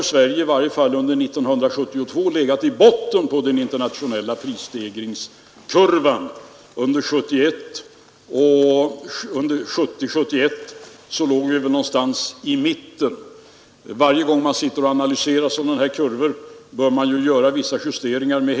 Vi har tagit med de motioner som är partiauktoriserade, och publikationen finns här — nu lika väl som tidigare år — till kansliernas förfogande för en närmare granskning; ni brukar ju efterlysa det.